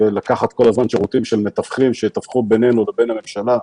ולקחת כל הזמן שירותים של מתווכים שיתווכו בינינו לבין הממשלה.